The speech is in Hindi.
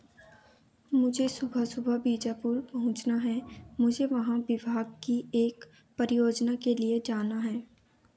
मुझे सुबह सुबह बीजापुर पहुँचना है मुझे वहाँ विभाग की एक परियोजना के लिए जाना है